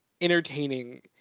entertaining